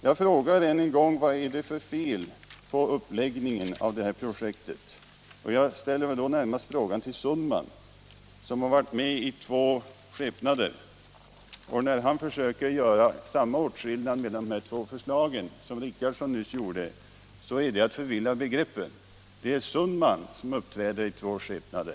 Jag frågar än en gång: Vad är det för fel på uppläggningen av detta projekt? Jag ställer frågan närmast till herr Sundman, som har varit med i två skepnader i detta sammanhang. Hans försök att göra samma åtskillnad som herr Richardson nyss gjorde mellan de båda förslagen är bara ägnat att förvilla begreppen. Det är herr Sundman som uppträder i två skepnader.